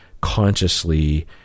consciously